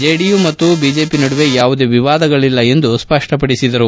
JDU ಮತ್ತು BJP ನಡುವೆ ಯಾವುದೇ ವಿವಾದಗಳಲ್ಲ ಎಂದು ಸ್ಪಷ್ಟಪಡಿಸಿದರು